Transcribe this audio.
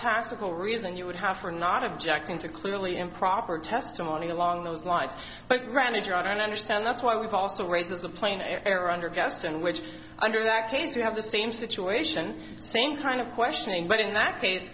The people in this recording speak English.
tactical reason you would have for not objecting to clearly improper testimony along those lines but granted i don't understand that's why we've also raises the plane air under gaston which under that case you have the same situation same kind of questioning but in that case